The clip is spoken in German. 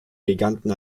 giganten